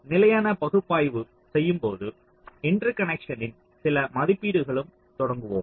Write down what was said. நிலையான பகுப்பாய்வு செய்யும்போது இன்டர்கனக்ஷன்ஸின் சில மதிப்பீடுகளுடன் தொடங்குவோம்